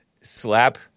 slap